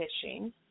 fishing